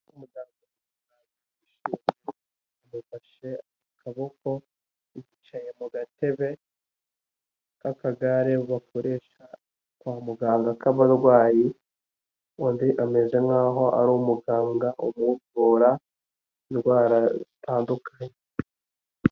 Bafashe akaboko bicaye mu gatebe k'akagare bakoresha kwa muganga k'abarwayi, undi ameze nk'aho ari umuganga umuvura indwara zitandukanye.